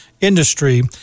industry